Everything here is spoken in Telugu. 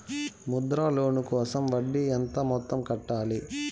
ముద్ర లోను కోసం వడ్డీ ఎంత మొత్తం కట్టాలి